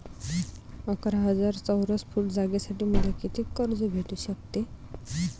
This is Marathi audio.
अकरा हजार चौरस फुट जागेसाठी मले कितीक कर्ज भेटू शकते?